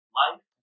life